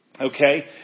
Okay